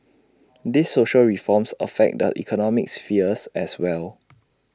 these social reforms affect the economic spheres as well